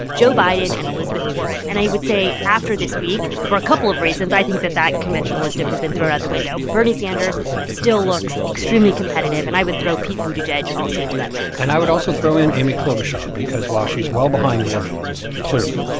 joe biden and elizabeth warren. and i would say after this week, for a couple of reasons, i think that that conventional wisdom has been thrown out the window. bernie sanders still looks extremely competitive. and i would throw pete buttigieg also into that mix and i would also throw in amy klobuchar because while she's well behind the other ones, clearly,